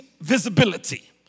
visibility